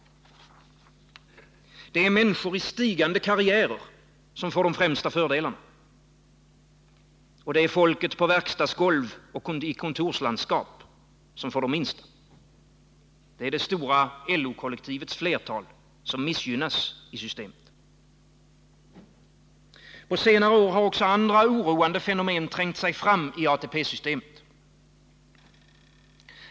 Det är människor i stigande karriärer som får de främsta fördelarna. Det är felk på verkstadsgolvet och i kontorslandskapen som får de minsta. Det är det stora LO-kollektivets flertal som missgynnas i systemet. På senare år har också andra oroande fenomen trängt sig fram i ATP-systemet.